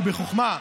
ובחוכמה,